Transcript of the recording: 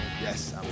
Yes